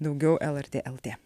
daugiau lrt lt